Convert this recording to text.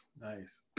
Nice